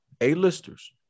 A-listers